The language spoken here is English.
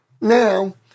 now